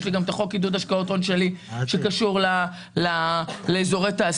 יש לי גם הצעת חוק לתיקון חוק עידוד השקעות הון שקשור לאזורי תעשייה.